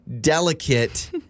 delicate